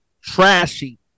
trashy